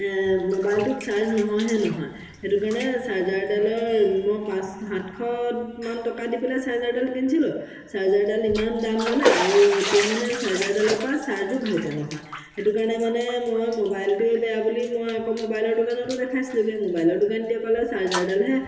মোবাইলটোত চাৰ্জ নহয় হে নহয় সেইটো কাৰণে চাৰ্জাৰডালৰ মই পাঁচ সাতশত মান টকা দি পেলে চাৰ্জাৰডাল কিনিছিলো চাৰ্জাৰডাল ইমান দাম ল'লে আৰু এতিয়া মানে চাৰ্জাৰডালৰ পৰা চাৰ্জো ভালকৈ নহয় সেইটো কাৰণে মানে মই মোবাইলটোৱে বেয়া বুলি মই আকৌ মোবাইলৰ দোকানতো দেখাইছিলোগৈ মোবাইলৰ দোকানীটোৱে ক'লে চাৰ্জাৰডালহে